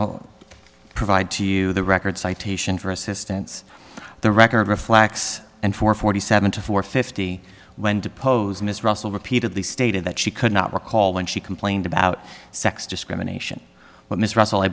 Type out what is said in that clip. will provide to you the record citation for assistance the record reflects and for forty seven to four fifty when deposed ms russell repeatedly stated that she could not recall when she complained about sex discrimination what mis